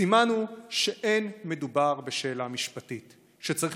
סימן הוא שאין מדובר בשאלה משפטית שצריך